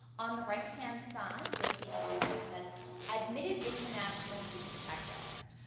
on the right-hand side you will see a link that says admitted international students checklist.